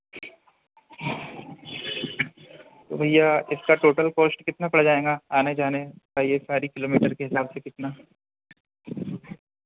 तो भैया इसका टोटल कोस्ट कितना पड़ जाएँगा आने जाने और यह सारी किलोमीटर के हिसाब से कितना